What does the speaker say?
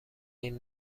این